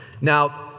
Now